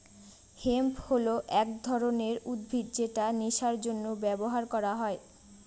hemp হল এক ধরনের উদ্ভিদ যেটা নেশার জন্য ব্যবহার করা হয়